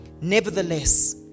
Nevertheless